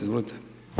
Izvolite.